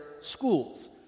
schools